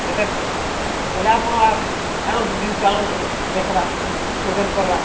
ହଁ ସାର୍ ହେଲେ ଆପଣ ଆଣନ୍ତୁ ଜିନିଷ ଆଣନ୍ତୁ ଦେଖିବା ଓଜନ କରିବା